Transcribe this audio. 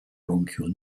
bronchial